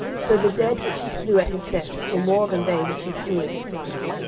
so the dead which he slew at his death were more than they which he slew in his life.